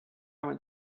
went